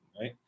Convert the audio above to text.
right